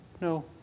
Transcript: No